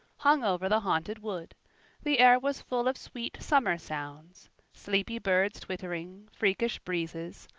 hung over the haunted wood the air was full of sweet summer sounds sleepy birds twittering, freakish breezes,